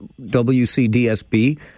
WCDSB